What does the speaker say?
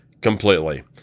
completely